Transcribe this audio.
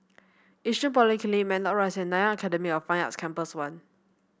Yishun Polyclinic Matlock Rise and Nanyang Academy of Fine Arts Campus One